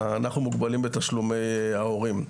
אנחנו מוגבלים בתשלומי ההורים.